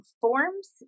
forms